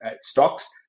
stocks